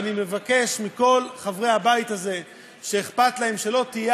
ואני מבקש מכל חברי הבית הזה שאכפת להם שלא תהיה